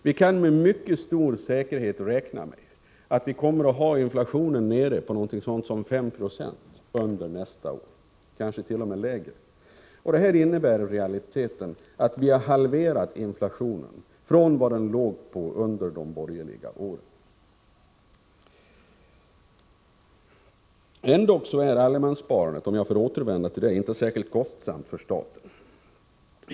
Vi kan med mycket stor säkerhet räkna med att inflationen under nästa år kommer att vara ungefär 5 70, kanske t.o.m. lägre. Detta innebär i realiteten att vi sedan de borgerliga åren har halverat inflationen. Ändock är allemanssparandet — om jag får återvända till det — inte särskilt kostsamt för staten.